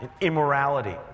immorality